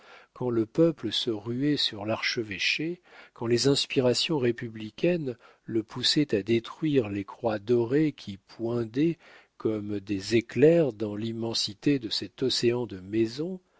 quand le peuple se ruait sur l'archevêché quand les inspirations républicaines le poussaient à détruire les croix dorées qui poindaient comme des éclairs dans l'immensité de cet océan de maisons